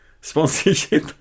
sponsorship